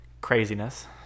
Craziness